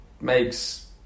makes